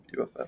UFF